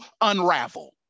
unravel